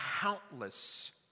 countless